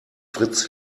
fritz